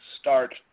start